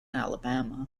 alabama